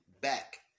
back